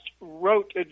wrote –